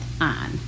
on